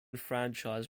franchise